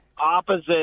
opposite